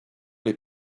les